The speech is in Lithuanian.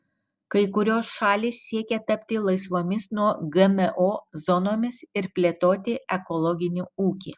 kai kurios šalys siekia tapti laisvomis nuo gmo zonomis ir plėtoti ekologinį ūkį